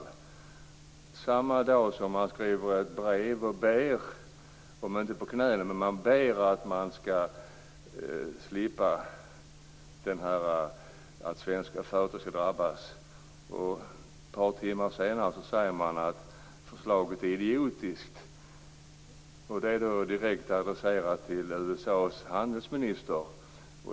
Samma dag som man skriver ett brev och ber att svenska företag skall slippa att drabbas säger man ett par timmar senare att förslaget är idiotiskt. Och det är direkt adresserat till USA:s handelsminister.